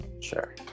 sure